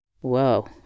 Whoa